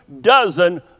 dozen